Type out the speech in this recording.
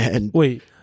Wait